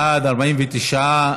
בעד, 49,